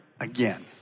again